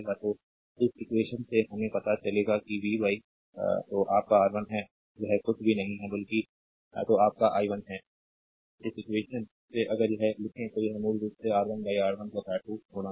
तो इस इक्वेशन से हमें पता चलेगा कि v तो आप का R1 है यह कुछ भी नहीं है बल्कि तो आप का i1 है इस इक्वेशन से अगर यह लिखें तो यह मूल रूप से R2 R1 R2 i है